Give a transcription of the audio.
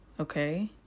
okay